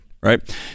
Right